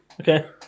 Okay